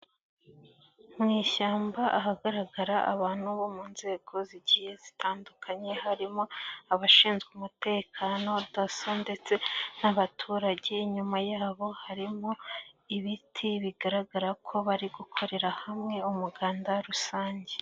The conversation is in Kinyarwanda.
Mu ishyamba ahagaragara abantu bo mu nzego zigiye zitandukanye, harimo abashinzwe umutekano, dasso ndetse n'abaturage, inyuma yabo harimo ibiti, bigaragara ko bari gukorera hamwe umuganda rusange.